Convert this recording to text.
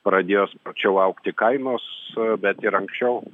pradėjo sparčiau augti kainos bet ir anksčiau